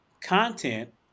content